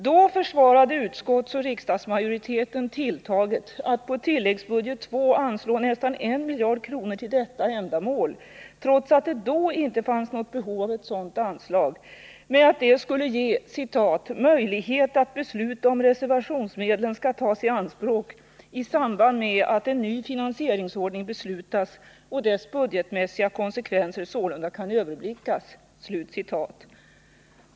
Då försvarade utskottsoch riksdagsmajoriteten tilltaget att på tilläggsbudget II anslå nästan en miljard kronor till detta ändamål, trots att det då inte fanns något behov av ett sådant anslag, med att detta skulle ge ”möjlighet att besluta om hur reservationsmedlen skall tas i anspråk i samband med atten Nr 115 ny finansieringsordning beslutas och dess budgetmässiga konsekvenser Onsdagen den sålunda kan överblickas”.